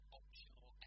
optional